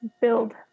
build